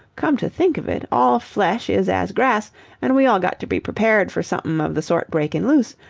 come to think of it, all flesh is as grass and we all got to be prepared for somep'n of the sort breaking loose.